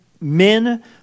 men